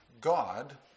God